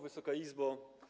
Wysoka Izbo!